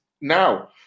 now